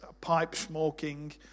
pipe-smoking